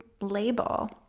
label